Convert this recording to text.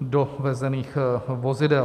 dovezených vozidel.